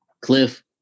Cliff